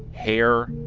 hair,